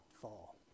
fall